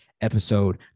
episode